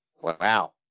Wow